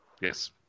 Yes